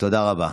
תודה רבה.